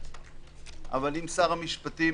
אבל אם שר המשפטים,